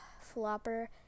flopper